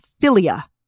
filia